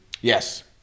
Yes